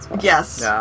Yes